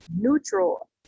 neutral